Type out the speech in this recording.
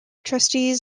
trustees